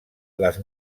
les